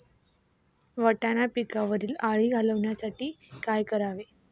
वाटाणा पिकावरील अळी घालवण्यासाठी काय करावे?